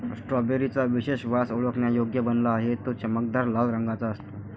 strawberry चा विशेष वास ओळखण्यायोग्य बनला आहे, तो चमकदार लाल रंगाचा असतो